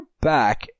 back